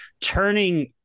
turning